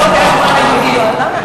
לא בהשוואה ליהודים.